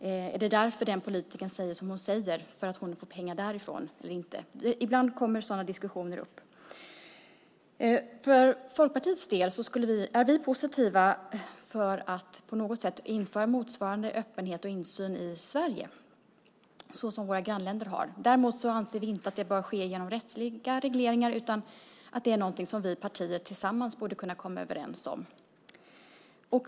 Är det därför den politikern säger som hon säger, för att hon får pengar därifrån eller inte? Ibland kommer sådana diskussioner upp. För Folkpartiets del är vi positiva till att på något sätt införa motsvarande öppenhet och insyn i Sverige, så som våra grannländer har. Däremot anser vi inte att det bör ske genom rättsliga regleringar, utan det är någonting som vi partier tillsammans borde kunna komma överens om.